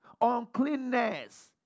uncleanness